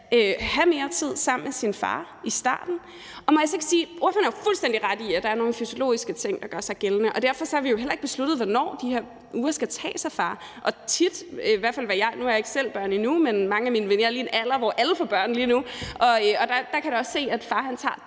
have mere tid sammen med deres far i starten. Må jeg så ikke sige, at ordføreren har fuldstændig ret i, at der er nogle fysiologiske ting, der gør sig gældende, og derfor har vi jo heller ikke besluttet, hvornår de her uger skal tages af far. Nu har jeg ikke selv børn endnu, men jeg er lige nu i en alder, hvor alle får børn, og der kan jeg da også se, at far typisk tager